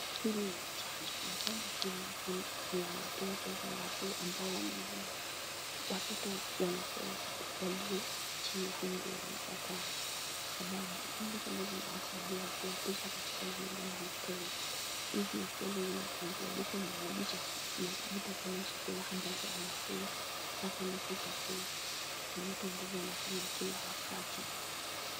Hili ni chanjo na chanjo hili ni ya watoto ama watu ambao wamezeeka, watoto wanapewa walio chini ya umri wa miaka tano kwa sababu virubitisho hivi vinawasaidia kuwaepusha na magonjwa ya upele. Hizi upele zinasababishwa na vitu kama chakula ambavyo wanakula na kama si chakula ni vitu ambavyo wanavyofanya kila wakati.